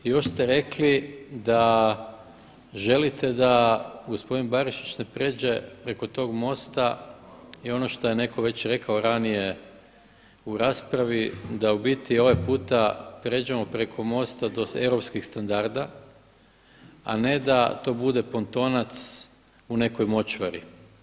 I još ste rekli da želite da gospodin Barišić ne pređe preko tog mosta i ono što je netko već rekao ranije u raspravi da u biti ovaj puta pređemo preko mosta do europskih standarda a ne da to bude pontonac u nekoj močvari.